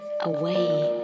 away